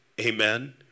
amen